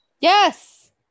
Yes